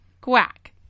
Quack